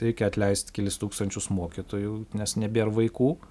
reikia atleist kelis tūkstančius mokytojų nes nebėr vaikų